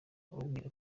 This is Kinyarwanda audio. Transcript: ababwira